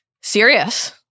Serious